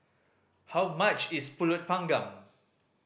how much is Pulut Panggang